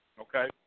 Okay